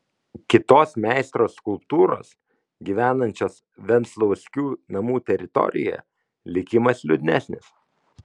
kitos meistro skulptūros gyvenančios venclauskių namų teritorijoje likimas liūdnesnis